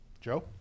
joe